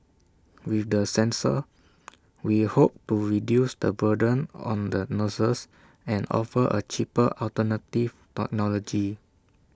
with the sensor we hope to reduce the burden on the nurses and offer A cheaper alternative technology